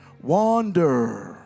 wander